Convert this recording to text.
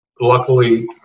Luckily